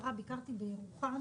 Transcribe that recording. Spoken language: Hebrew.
כשרה ביקרתי בירוחם.